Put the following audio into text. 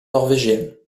norvégienne